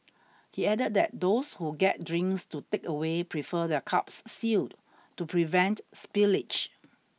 he added that those who get drinks to takeaway prefer their cups sealed to prevent spillage